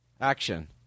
Action